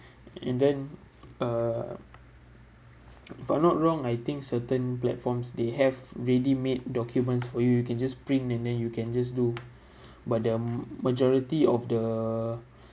and then uh if I'm not wrong I think certain platforms they have ready-made documents for you you can just print and then you can just do but the majority of the